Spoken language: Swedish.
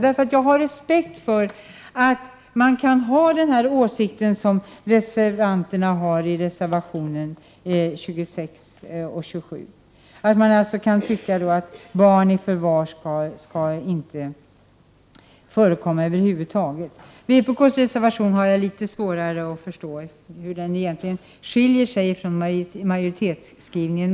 Jag har respekt för att man kan ha den åsikt som reservanterna uttrycker i reservationerna 26 och 27 — att det över huvud taget inte skall förekomma att barn tas i förvar. När det gäller vpk:s reservation har jag litet svårare att förstå hur den egentligen skiljer sig från majoritetsskrivningen.